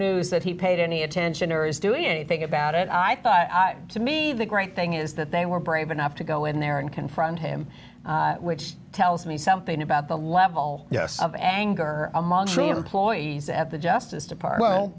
news that he paid any attention or is doing anything about it i thought to me the great thing is that they were brave enough to go in there and confront him which tells me something about the level of anger among employees at the justice department